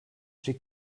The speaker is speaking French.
j’ai